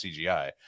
cgi